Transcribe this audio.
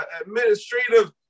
administrative